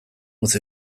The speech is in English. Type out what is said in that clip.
with